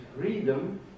freedom